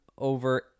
over